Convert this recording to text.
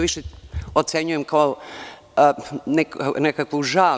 Više ocenjujem kao nekakvu žal.